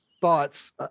thoughts